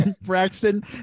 Braxton